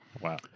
wow.